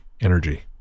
energy